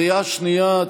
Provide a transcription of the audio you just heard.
בקריאה שנייה.